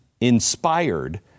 inspired